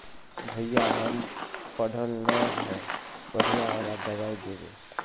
भैया हम पढ़ल न है बढ़िया वाला दबाइ देबे?